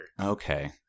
Okay